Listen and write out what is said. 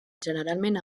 generalment